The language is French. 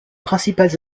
principales